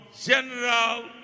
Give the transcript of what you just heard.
general